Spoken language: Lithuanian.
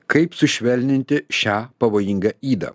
kaip sušvelninti šią pavojingą ydą